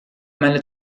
meine